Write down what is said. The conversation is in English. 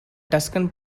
tuscan